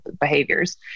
behaviors